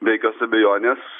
be jokios abejonės